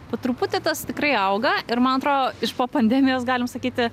po truputį tas tikrai auga ir man atro iš po pandemijos galim sakyti